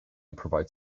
provide